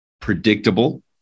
predictable